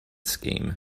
scheme